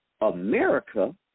America